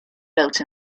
built